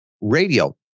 radio